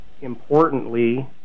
importantly